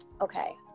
okay